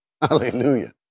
Hallelujah